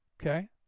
Okay